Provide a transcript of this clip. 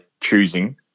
choosing